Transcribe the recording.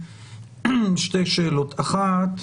אחת,